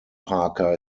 parker